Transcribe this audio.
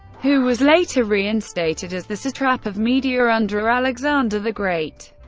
who was later reinstated as the satrap of media under alexander the great.